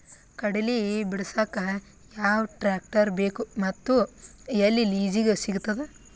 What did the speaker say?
ಕಡಲಿ ಬಿಡಸಕ್ ಯಾವ ಟ್ರ್ಯಾಕ್ಟರ್ ಬೇಕು ಮತ್ತು ಎಲ್ಲಿ ಲಿಜೀಗ ಸಿಗತದ?